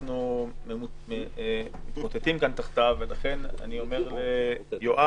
אנחנו מתמוטטים כאן תחתיו ולכן אני אומר ליואב,